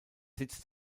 sitz